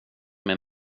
min